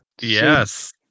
Yes